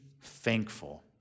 thankful